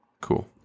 Cool